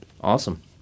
Awesome